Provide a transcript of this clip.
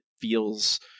feels